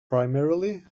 primarily